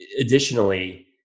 Additionally